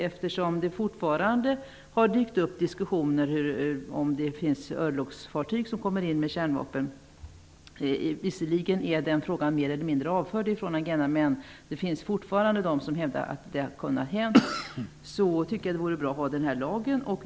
Eftersom det fortfarande har dykt upp diskussioner om det finns örlogsfartyg som kommer in med kärnvapen, tycker jag att det vore bra att ha den här lagen. Visserligen är den frågan mer eller mindre avförd från agendan, men det finns fortfarande de som hävdar att det hade kunnat hända.